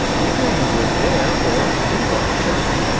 either you were there or you weren't shot.